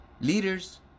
Leaders